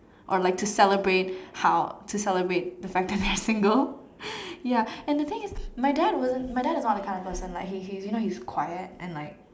or like to celebrate how to celebrate the fact that I'm single ya and the thing is my dad wasn't my dad is not that kind of person like he he you know he's quiet and like